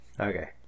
Okay